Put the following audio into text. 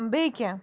بیٚیہِ کیٚنٛہہ